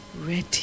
ready